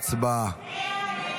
הצבעה.